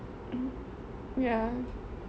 ya